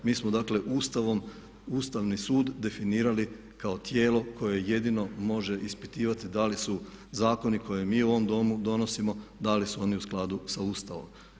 Mi smo dakle Ustavom Ustavni sud definirali kao tijelo jedino može ispitivati da li su zakoni koje mi u ovom Domu donosimo, da li su oni u skladu sa Ustavom.